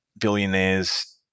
billionaires